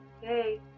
Hey